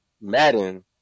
Madden